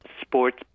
sports